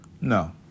No